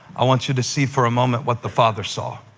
i want you to see for a moment what the father saw.